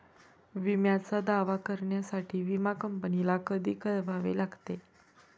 विम्याचा दावा करण्यासाठी विमा कंपनीला कधी कळवावे लागते?